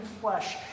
flesh